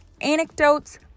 anecdotes